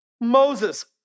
Moses